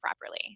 properly